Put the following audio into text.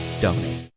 donate